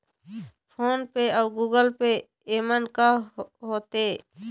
Phone पे अउ Google Pay येमन का होते?